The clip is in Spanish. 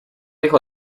hijo